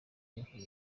abakuru